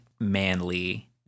manly